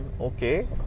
okay